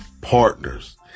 partners